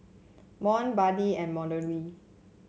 Mont Buddy and Melodee